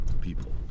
people